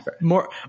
More